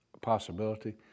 possibility